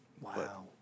Wow